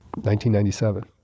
1997